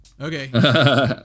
Okay